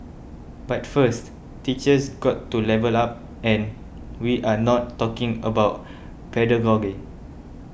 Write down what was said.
but first teachers got to level up and we are not talking about pedagogy